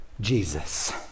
Jesus